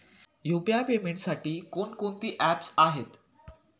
UPI पेमेंटसाठी कोणकोणती apps आहेत?